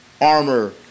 armor